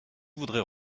voudrais